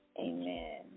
Amen